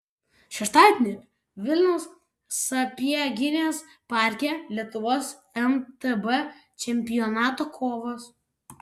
šeštadienį vilniaus sapieginės parke lietuvos mtb čempionato kovos